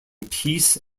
peace